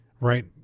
right